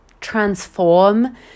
transform